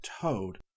Toad